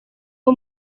uwo